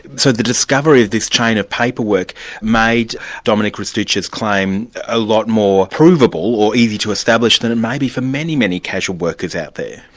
so the discovery of this chain of paperwork made dominic restuccia's claim a lot more provable, or easy to establish, than it may be for many, many casual workers out there?